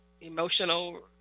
emotional